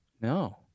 No